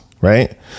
right